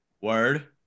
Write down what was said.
Word